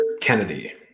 Kennedy